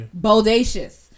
Boldacious